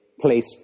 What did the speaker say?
place